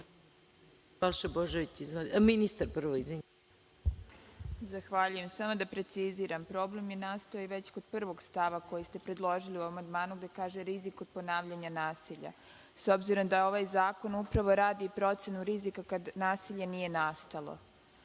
Zahvaljujem. Samo da preciziram, problem je nastao i već kod prvog stava koji ste predložili u amandmanu, gde kaže – rizik od ponavljanja nasilja. S obzirom da ovaj zakon upravo radi procentu riziku kada nasilje nije nastalo,